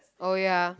oh ya